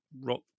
rock